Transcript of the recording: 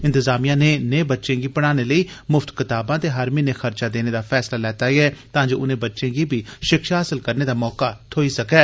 इंतजामिया नै नेह् बच्चें गी पढ़ाने लेई मुफ्त कताबां ते हर म्हीने खर्चा देने दा फैसला लैता ऐ तां जे उनें बच्चें गी बी षिक्षा हासल करने दा मौका थ्होई सकै